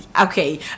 Okay